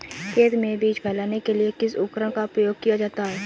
खेत में बीज फैलाने के लिए किस उपकरण का उपयोग किया जा सकता है?